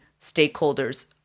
stakeholders